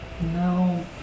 No